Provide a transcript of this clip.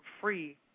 free